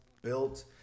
built